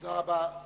תודה רבה.